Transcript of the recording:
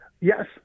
Yes